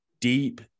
deep